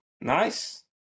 Nice